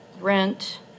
rent